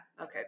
Okay